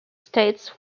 states